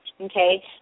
okay